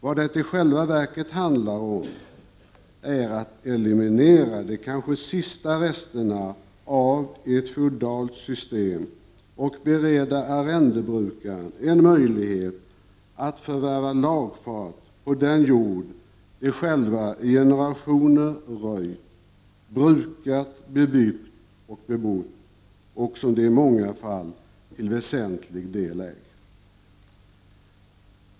Vad det i själva verket handlar om är att eliminera de kanske sista resterna av ett feodalt system och bereda arrendebrukare en möjlighet att förvärva lagfart på den jord som de själva i generationer röjt, brukat, bebyggt och bebott och som de i många fall till väsentlig del äger.